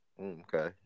Okay